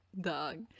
Dog